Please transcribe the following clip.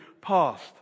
past